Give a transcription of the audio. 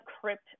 crypt